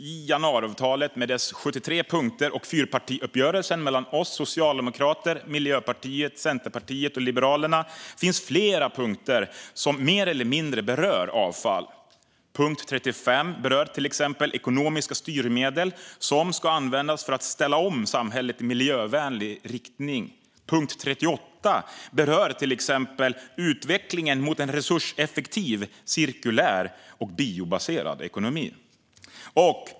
I januariavtalet med dess 73 punkter och fyrpartiuppgörelsen mellan oss socialdemokrater, Miljöpartiet, Centerpartiet och Liberalerna finns flera punkter som mer eller mindre berör avfall. Punkt 35 berör till exempel ekonomiska styrmedel som ska användas för att ställa om samhället i miljövänlig riktning. Punkt 38 berör till exempel utvecklingen mot en resurseffektiv, cirkulär och biobaserad ekonomi.